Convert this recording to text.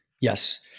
Yes